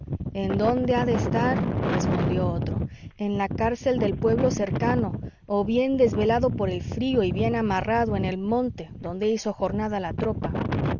en dónde ha de estar respondió otro en la cárcel del pueblo cercano o bien desvelado por el frío y bien amarrado en el monte donde hizo jornada la tropa